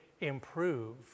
improve